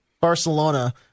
Barcelona